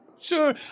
sure